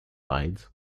lied